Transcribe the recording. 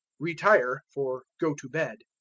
retire for go to bed.